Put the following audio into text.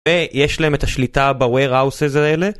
ויש להם את השליטה ב-Warehouse הזה האלה